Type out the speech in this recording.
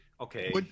Okay